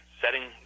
setting